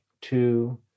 two